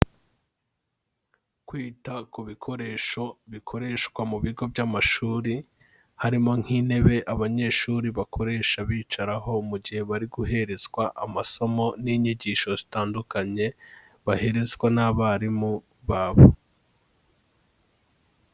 Kwita ku bikoresho bikoreshwa mu bigo by'amashuri, harimo nk'intebe abanyeshuri bakoresha bicaraho mu gihe bari guherezwa amasomo n'inyigisho zitandukanye baherezwa n'abarimu babo.